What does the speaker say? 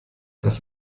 das